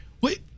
Wait